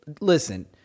Listen